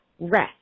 rest